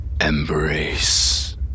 Embrace